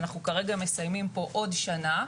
אנחנו כרגע מסיימים פה עוד שנה.